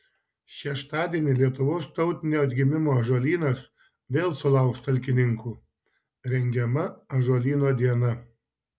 šeštadienį lietuvos tautinio atgimimo ąžuolynas vėl sulauks talkininkų rengiama ąžuolyno diena